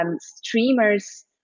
streamers